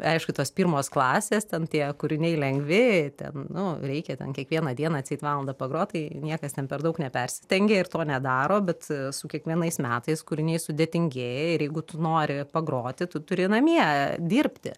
aišku tos pirmos klasės ten tie kūriniai lengvi ten nu reikia ten kiekvieną dieną atseit valandą pagrot tai niekas ten per daug nepersistengia ir to nedaro bet su kiekvienais metais kūriniai sudėtingėja ir jeigu tu nori pagroti tu turi namie dirbti